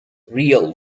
real